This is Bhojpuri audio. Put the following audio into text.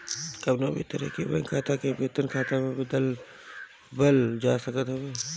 कवनो भी तरह के बैंक खाता के वेतन खाता में बदलवावल जा सकत हवे